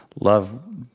Love